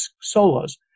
solos